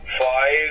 Five